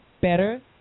better